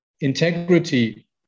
integrity